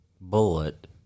bullet